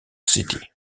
city